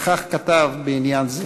וכך כתב בעניין זה: